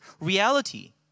reality